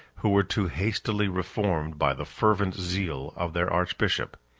who were too hastily reformed by the fervent zeal of their archbishop.